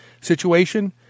situation